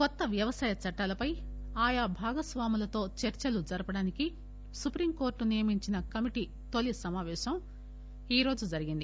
కొత్త వ్యవసాయ చట్టాలపై ఆయా భాగస్వాములతో చర్చలు జరపడానికి సుప్రీంకోర్టు నియమించిన కమిటీ తొలి సమాపేశం ఈరోజు జరిగింది